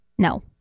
No